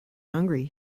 hungry